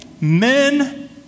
Men